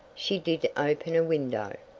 she did open a window.